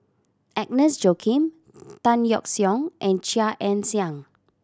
Agnes Joaquim Tan Yeok Seong and Chia Ann Siang